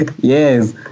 Yes